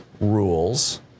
rules